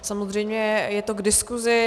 Samozřejmě je to k diskuzi.